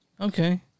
Okay